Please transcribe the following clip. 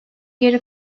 geri